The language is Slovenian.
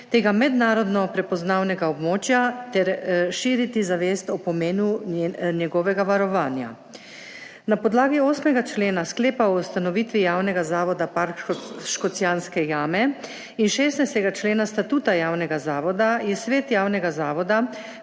tega mednarodno prepoznavnega območja ter širi zavest o pomenu njegovega varovanja. Na podlagi 8. člena Sklepa o ustanovitvi javnega zavoda Park Škocjanske jame in 16. člena statuta javnega zavoda je svet javnega zavoda